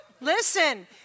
Listen